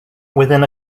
within